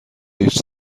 هیچ